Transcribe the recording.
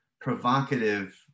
provocative